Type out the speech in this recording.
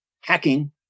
hacking